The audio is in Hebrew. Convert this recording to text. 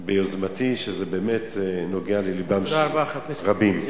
ביוזמתי, שכן זה באמת נוגע ללבם של רבים.